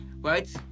right